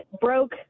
broke